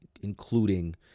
including